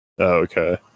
Okay